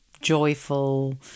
joyful